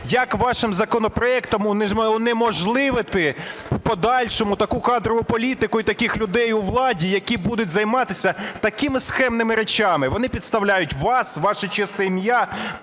Як вашим законопроектом унеможливити в подальшому таку кадрову політику і таких людей у владі, які будуть займатися такими схемними речами? Вони підставляють вас, ваше чесне ім'я,